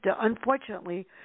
Unfortunately